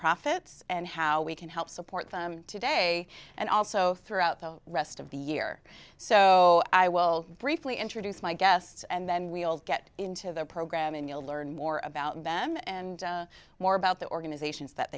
nonprofits and how we can help support them today and also throughout the rest of the year so i will briefly introduce my guests and then we'll get into the program and you'll learn more about them and more about the organizations that